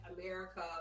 America